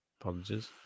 Apologies